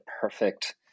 perfect